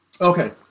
Okay